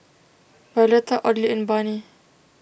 Violetta Audley and Barney